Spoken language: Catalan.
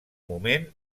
moment